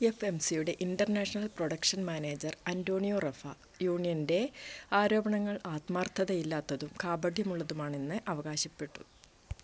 F M സിയുടെ international production manager Antonia Rafa യൂണിയൻ്റെ ആരോപണങ്ങൾ ആത്മാർത്ഥതയില്ലാത്തതും കാപട്യമുള്ളതുമാണെന്ന് അവകാശപ്പെട്ടു